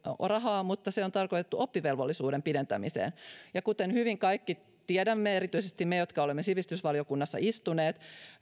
rahaa mutta se on tarkoitettu oppivelvollisuuden pidentämiseen ja kuten hyvin kaikki tiedämme erityisesti me jotka olemme sivistysvaliokunnassa istuneet